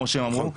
כמו שהם אמרו,